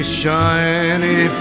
shiny